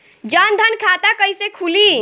जनधन खाता कइसे खुली?